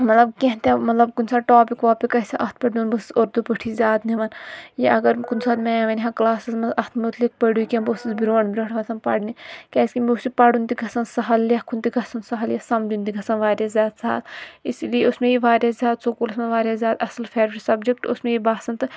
مَطلَب کینٛہہ تہِ مَطلَب کُنہِ ساتہٕ ٹَاپِک واپِک آسہِ ہا اَتھ پؠٹھ دِیُن بہٕ ٲسٕس اردوٗ پٲٹھی زِیادٕ دِوان یا اَگر کُنہِ ساتہٕ میم وَنہِ ہا کَلاسَس منٛز اَتھ مُتلِق پٔرِو کینٛہہ بہٕ ٲسٕس برٛونٹھ برٛوٹھ وۄتھان پَرنہِ کِیٛازِ کہِ مےٚ اوس یہِ پَرُن تہِ گَژھان سَہَل لیٚکھُن تہِ گَژھان سَہَل سَمجُن تہِ گَژھان واریاہ زِیادٕ سَہَل اسی لیے اوس مےٚ یہِ واریاہ زِیادٕ سکوٗلَس منٛز واریاہ زِیادٕ اصٕل فیورِٹ سَبجَکٹہٕ اوس مےٚ یہِ باسان تہٕ